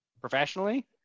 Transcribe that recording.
professionally